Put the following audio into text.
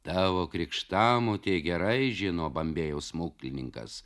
tavo krikštamotė gerai žino bambėjo smuklininkas